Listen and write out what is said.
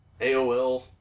aol